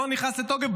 לא נכנס לתוקף.